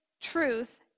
truth